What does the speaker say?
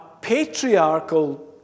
patriarchal